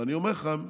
ואני אומר לכם,